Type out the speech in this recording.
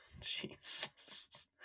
jesus